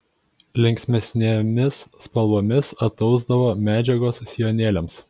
linksmesnėmis spalvomis atausdavo medžiagos sijonėliams